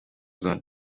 zone